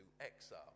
exile